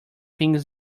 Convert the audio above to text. things